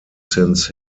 since